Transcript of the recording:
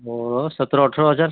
ସତର ଅଠର ହଜାର